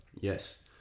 yes